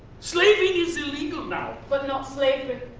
slaving is illegal now. but not slavery.